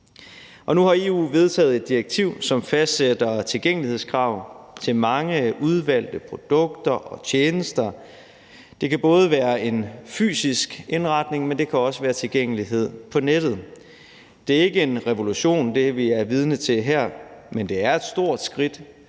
nu har EU vedtaget et direktiv, som fastsætter tilgængelighedskrav til mange udvalgte produkter og tjenester. Det kan både være en fysisk indretning, men det kan også være tilgængelighed på nettet. Det er ikke en revolution, hvad vi er vidne til her, men det er et stort skridt